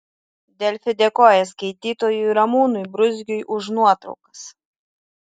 delfi dėkoja skaitytojui ramūnui bruzgiui už nuotraukas